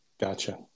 Gotcha